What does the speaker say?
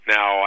Now